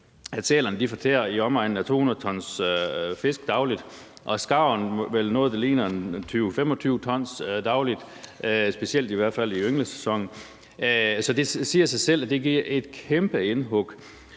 at sælerne fortærer i omegnen af 200 t fisk dagligt, og skarven vel noget, der ligner 20-25 t dagligt, i hvert fald i ynglesæsonen. Så det siger sig selv, at det gør et kæmpe indhug.